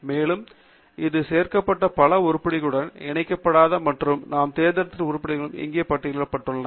மேலும் இது சேர்க்கப்பட்ட பல உருப்படிகளுடன் இணைக்கப்படாத மற்றும் நாம் தேர்ந்தெடுத்த உருப்படிகளும் இங்கு பட்டியலிடப்பட்டுள்ளன